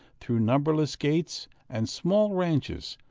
through numberless gates and small ranches,